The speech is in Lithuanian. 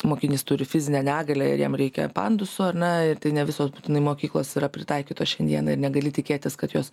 mokinys turi fizinę negalią ir jam reikia panduso ar ne ir tai ne visos būtinai mokyklos yra pritaikytos šiandieną ir negali tikėtis kad jos